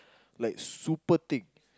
like super thick